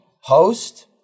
Host